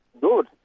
good